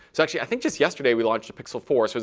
so actually, i think just yesterday we launched a pixel four, so